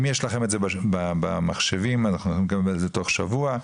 אם יש לכם את זה במחשבים אנחנו נקבל תוך שבוע,